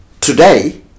today